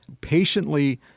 patiently